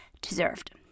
deserved